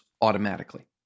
automatically